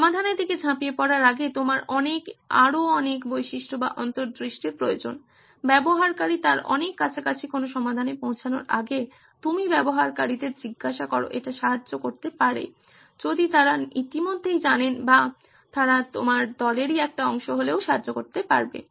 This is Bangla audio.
সমাধানের দিকে ঝাঁপিয়ে পড়ার আগে তোমার অনেক আরও অনেক বৈশিষ্ট্য বা অন্তর্দৃষ্টির প্রয়োজন ব্যবহারকারী তার অনেক কাছাকাছি কোন সমাধানে পৌঁছানোর আগে তুমি ব্যবহারকারীদের জিজ্ঞেস করো এটা সাহায্য করতে পারে যদি তারা ইতিমধ্যেই জানেন বা তারা তোমার দলেরই একটা অংশ হলেও সাহায্য করতে পারে